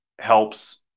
helps